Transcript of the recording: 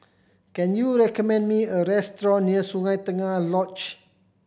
can you recommend me a restaurant near Sungei Tengah Lodge